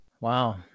Wow